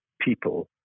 people